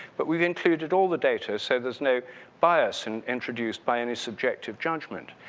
but we've included all the data so there's no bias and introduced by any subjective judgment.